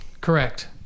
Correct